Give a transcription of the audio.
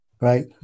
Right